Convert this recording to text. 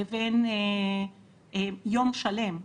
לבין יום שלם,